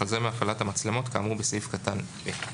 ובכלל זה מהפעלת המצלמות כאמור בסעיף קטן (ב).